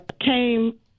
came